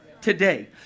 today